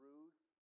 Ruth